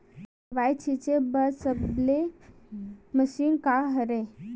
दवाई छिंचे बर सबले मशीन का हरे?